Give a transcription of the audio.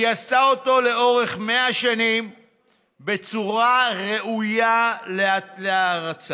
היא עשתה אותו לאורך 100 שנים בצורה ראויה להערצה.